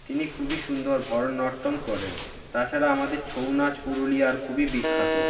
তিনি খুবই সুন্দর ভরতনাট্যম করেন তাছাড়া আমাদের ছৌ নাচ পুরুলিয়ার খুবই বিখ্যাত